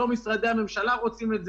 לא משרדי הממשלה רוצים את זה.